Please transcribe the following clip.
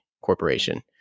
corporation